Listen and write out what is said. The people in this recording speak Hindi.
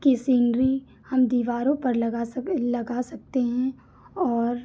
की सीनरी हम दीवारों पर लगा सक लगा सकते हैं और